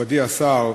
לשר.